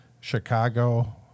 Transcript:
Chicago